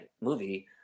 movie